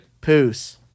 Peace